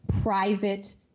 private